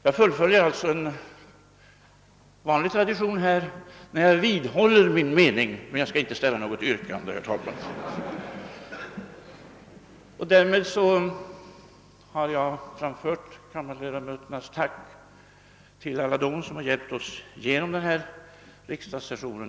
Jag fullföljer alltså en tradition här när jag vidhåller min mening. Men jag skall, herr talman, inte ställa något yrkande. Därmed har jag framfört kammarledamöternas tack till alla dem som har hjälpt oss genom denna riksdagssession.